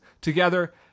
together